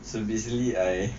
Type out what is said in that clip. so basically I